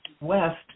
west